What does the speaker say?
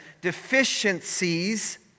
deficiencies